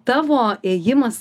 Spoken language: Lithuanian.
tavo ėjimas